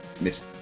Miss